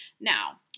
Now